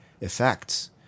effects